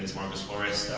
marcos flores.